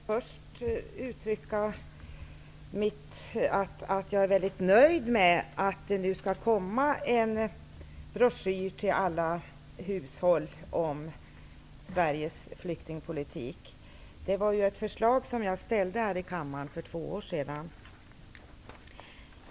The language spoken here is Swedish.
Herr talman! Jag vill först säga att jag är mycket nöjd med att det nu skall komma en broschyr till alla hushåll om Sveriges flyktingpolitik. Det var ett förslag som jag lade fram här i kammaren för två år sedan.